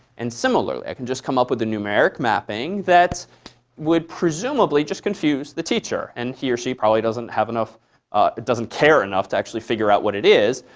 and similarly, i can just come up with a numeric mapping that would presumably just confuse the teacher. and he or she probably doesn't have enough doesn't care enough to actually figure out what it is.